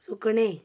सुकणें